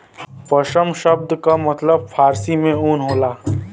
पसम सब्द का मतलब फारसी में ऊन होला